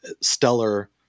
stellar